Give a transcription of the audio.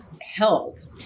held